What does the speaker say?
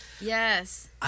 Yes